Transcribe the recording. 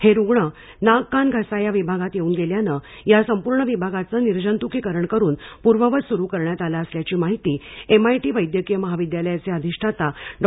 हे रूग्ण नाक कान घसा या विभागात येवून गेल्याने या संपूर्ण विभागाचे निर्जंतुकीकरण करून पूर्ववत सुरू करण्यात आला असल्याची माहिती एमआयटी वैद्यकीय महाविद्यालयाचे अधिष्ठा्ता डॉ